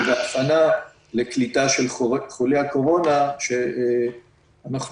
בהכנה לקליטה של חולי הקורונה שאנחנו